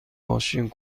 ماشین